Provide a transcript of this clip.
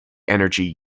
energy